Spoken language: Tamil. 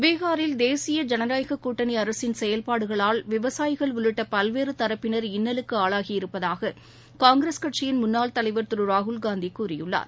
பீகாரில் தேசிய ஜனநாயகக் கூட்டணி அரசின் செயல்பாடுகளால் விவசாயிகள் உள்ளிட்ட பல்வேறு தரப்பினர் இன்னலுக்கு ஆளாகி இருப்பதாக காங்கிரஸ் கட்சியின் முன்னாள் தலைவர் திரு ராகுல்னந்தி கூறியுள்ளார்